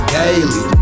daily